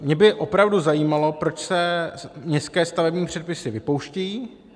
Mě by opravdu zajímalo, proč se městské stavební předpisy vypouštějí.